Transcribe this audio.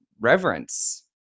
reverence